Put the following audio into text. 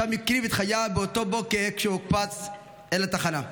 ושם הקריב את חייו באותו הבוקר כשהוקפץ אל התחנה.